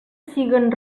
siguen